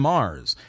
Mars